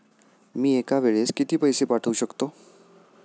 मी एका वेळेस किती पैसे पाठवू शकतो?